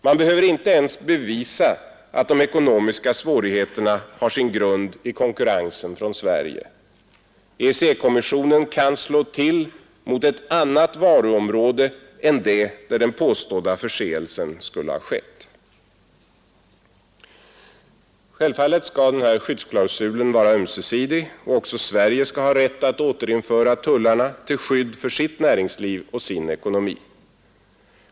Man behöver inte ens bevisa, att de ekonomiska svårigheterna har sin grund i konkurrensen från Sverige. EEC-kommissionen kan slå till mot ett annat varuområde än det där den påstådda förseelsen skulle ha skett. Självfallet skall skyddsklausulen vara ömsesidig, och även Sverige skall ha rätt att återinföra tullarna till skydd för sitt näringsliv och sin ekonomi.